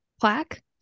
plaque